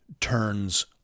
turns